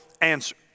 answer